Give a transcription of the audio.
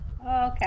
Okay